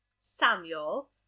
Samuel